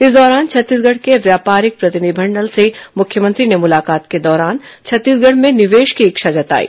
इस दौरान छत्तीसगढ़ के व्यापारिक प्रतिनिधिमंडल ने मुख्यमंत्री से मुलाकात के दौरान छत्तीसगढ़ में निवेश की इच्छा जताई